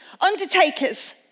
Undertakers